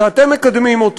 שאתם מקדמים,